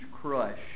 crush